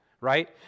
right